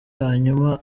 hanyuma